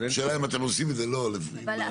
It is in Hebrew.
השאלה אם אתם עושים את זה לא לפי --- אבל,